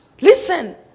Listen